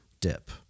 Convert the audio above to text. dip